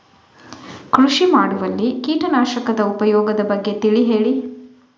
ಕೃಷಿ ಮಾಡುವಲ್ಲಿ ಕೀಟನಾಶಕದ ಉಪಯೋಗದ ಬಗ್ಗೆ ತಿಳಿ ಹೇಳಿ